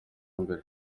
mbere